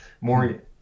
more